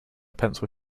pencil